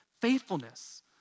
faithfulness